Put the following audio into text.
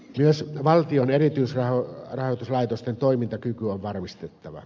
myös valtion erityisrahoituslaitosten toimintakyky on varmistettava